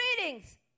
Greetings